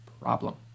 problem